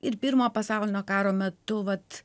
ir pirmojo pasaulinio karo metu vat